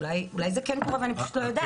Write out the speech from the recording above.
אולי זה כן קורה ואני פשוט לא יודעת.